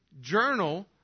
journal